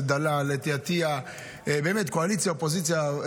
אי-אפשר להגיד שקיבלנו חוק מבושל מהאוצר,